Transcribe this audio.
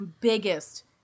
biggest